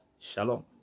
shalom